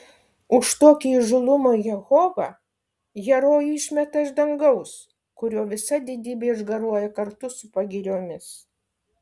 už tokį įžūlumą jehova herojų išmeta iš dangaus kurio visa didybė išgaruoja kartu su pagiriomis